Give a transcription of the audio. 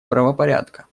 правопорядка